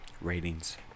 ratings